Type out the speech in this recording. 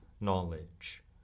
knowledge